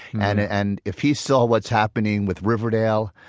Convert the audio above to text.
and and if he saw what's happening with riverdale,